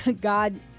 God